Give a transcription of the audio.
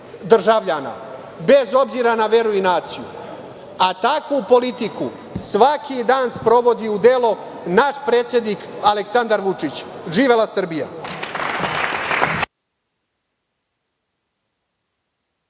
državljana, bez obzira na veru i naciju. A takvu politiku svaki dan sprovodi u delo naš predsednik Aleksandar Vučić. Živela Srbija!